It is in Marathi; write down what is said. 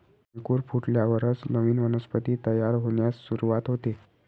अंकुर फुटल्यावरच नवीन वनस्पती तयार होण्यास सुरूवात होते